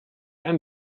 ein